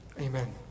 Amen